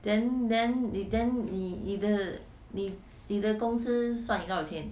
then then 你 then 你你的你的公司算你多少钱